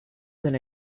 than